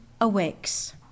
awakes